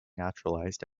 naturalised